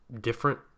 different